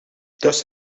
does